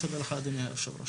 תודה לך, אדוני היושב ראש.